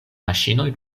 maŝinoj